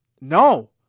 No